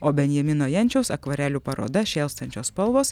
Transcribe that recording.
o benjamino jenčiaus akvarelių paroda šėlstančios spalvos